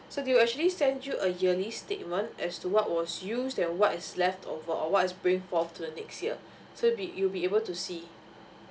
so they'll actually send you a yearly statement as to what was use then what is left or or what is bring forward to the next year so be you'll be able to see